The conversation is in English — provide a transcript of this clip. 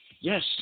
Yes